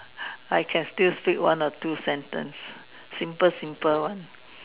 I can still speak one or two sentence simple simple one